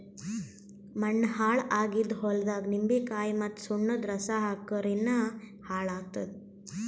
ಮಣ್ಣ ಹಾಳ್ ಆಗಿದ್ ಹೊಲ್ದಾಗ್ ನಿಂಬಿಕಾಯಿ ಮತ್ತ್ ಸುಣ್ಣದ್ ರಸಾ ಹಾಕ್ಕುರ್ ಇನ್ನಾ ಹಾಳ್ ಆತ್ತದ್